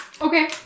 Okay